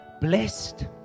Blessed